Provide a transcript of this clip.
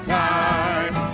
time